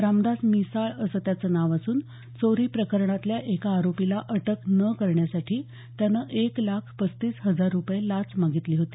रामदास मिसाळ असं त्याचं नाव असून चोरी प्रकरणातल्या एका आरोपीला अटक न करण्यासाठी त्यानं एक लाख पस्तीस हजार रुपये लाच मागितली होती